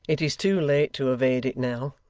it is too late to evade it now.